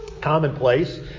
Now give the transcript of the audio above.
commonplace